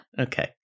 Okay